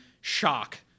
shock